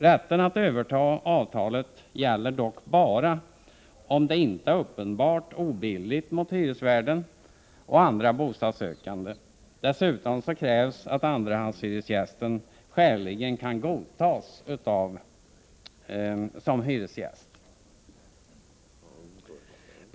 Rätten att överta avtalet gäller dock bara om det inte är uppenbart obilligt mot hyresvärden och andra bostadssökande. Dessutom krävs att andrahandshyresgästen skäligen kan godtas som hyresgäst.